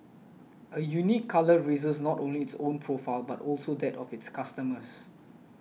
a unique colour raises not only its own profile but also that of its customers